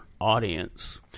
Audience